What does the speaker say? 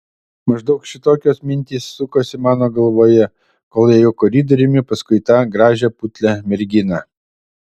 maždaug šitokios mintys sukosi mano galvoje kol ėjau koridoriumi paskui tą gražią putlią merginą